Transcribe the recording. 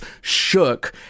shook